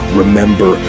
remember